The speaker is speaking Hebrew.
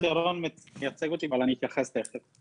ד"ר ירון מייצג אותי, אבל תכף אתייחס.